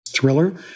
Thriller